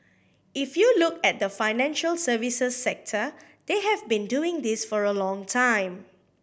if you look at the financial services sector they have been doing this for a long time